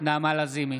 נעמה לזימי,